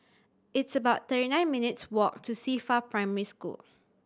it's about thirty nine minutes' walk to Qifa Primary School